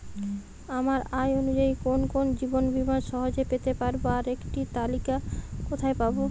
আমার আয় অনুযায়ী কোন কোন জীবন বীমা সহজে পেতে পারব তার একটি তালিকা কোথায় পাবো?